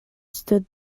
stood